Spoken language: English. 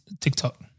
TikTok